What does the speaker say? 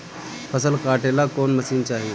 फसल काटेला कौन मशीन चाही?